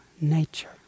nature